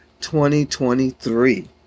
2023